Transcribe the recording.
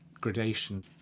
gradation